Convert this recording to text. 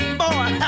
boy